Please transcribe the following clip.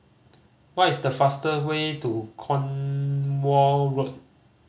what is the fast way to Cornwall Road